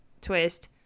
twist